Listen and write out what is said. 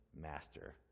master